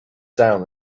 down